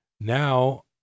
Now